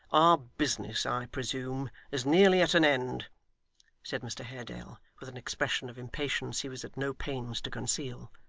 our business, i presume, is nearly at an end said mr haredale, with an expression of impatience he was at no pains to conceal.